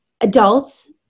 adults